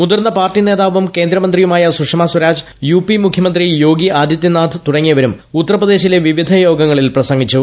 മുതിർന്ന പാർട്ടി നേതാവും കേന്ദ്രമന്ത്രിയുമായ സുഷമാസ്ഖരാജ് യു പി മുഖ്യമന്ത്രി യോഗി ആദിത്യനാഥ് തുടങ്ങിയവരും ഉത്തർപ്രദേശിലെ വിവിധ യോഗങ്ങളിൽ പ്രസംഗിച്ചു